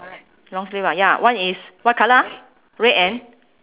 long sleeve ah ya one is what colour ah red and